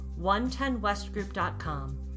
110westgroup.com